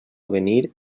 avenir